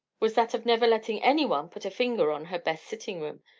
was that of never letting any one put a finger on her best sitting-room,